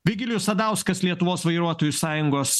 vigilijos sadauskas lietuvos vairuotojų sąjungos